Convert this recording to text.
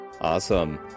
awesome